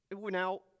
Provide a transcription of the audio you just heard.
Now